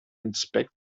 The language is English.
inspect